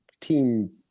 team